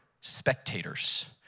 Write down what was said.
spectators